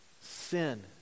Sin